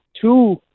two